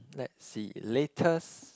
let's see latest